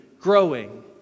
growing